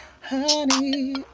Honey